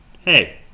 hey